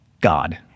God